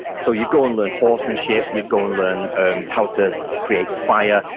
so you go and learn horsemanship. you go and learn and how to create fire,